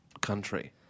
country